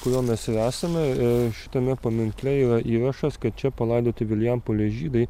kurio mes ir esame ir šitame paminkle yra įrašas kad čia palaidoti vilijampolės žydai